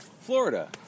Florida